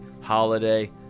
holiday